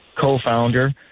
co-founder